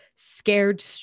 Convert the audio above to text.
scared